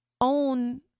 own